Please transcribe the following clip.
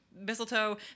mistletoe